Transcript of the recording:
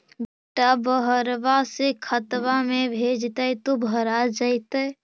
बेटा बहरबा से खतबा में भेजते तो भरा जैतय?